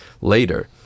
later